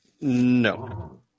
No